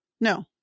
no